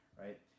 right